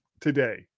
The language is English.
today